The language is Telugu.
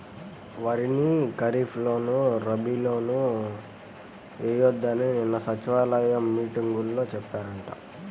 వరిని ఖరీప్ లోను, రబీ లోనూ ఎయ్యొద్దని నిన్న సచివాలయం మీటింగులో చెప్పారంట